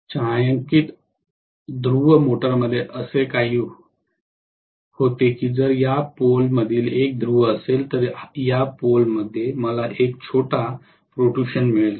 छायांकित ध्रुव मोटारमध्ये असे होते की जर या पोल मधील एक ध्रुव असेल तर या पोल मध्ये मला एक छोटा प्रोट्रूशन मिळेल